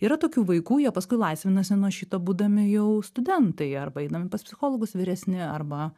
yra tokių vaikų jie paskui laisvinasi nuo šito būdami jau studentai arba eidami pas psichologus vyresni arba